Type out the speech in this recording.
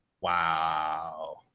wow